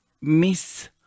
Miss